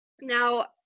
Now